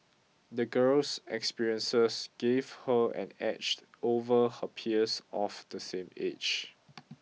the girl's experiences gave her an edge over her peers of the same age